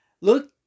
look